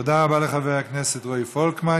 תודה רבה לחבר הכנסת רועי פולקמן.